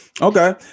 Okay